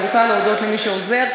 אני רוצה להודות למי שעוזר,